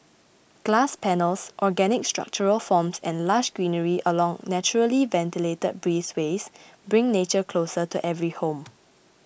glass panels organic structural forms and lush greenery along naturally ventilated breezeways bring nature closer to every home